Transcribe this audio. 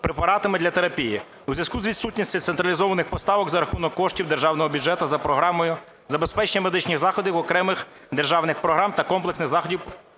препаратами для терапії у зв'язку з відсутністю централізованих поставок за рахунок коштів державного бюджету за програмою "Забезпечення медичних заходів окремих державних програм та комплексних заходів